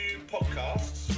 podcasts